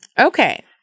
Okay